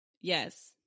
Yes